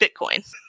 Bitcoin